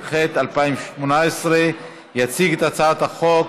התשע"ח 2018. יציג את הצעת החוק